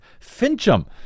Fincham